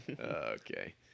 Okay